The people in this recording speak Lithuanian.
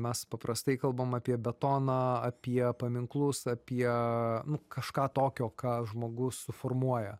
mes paprastai kalbam apie betoną apie paminklus apie kažką tokio ką žmogus suformuoja